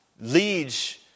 leads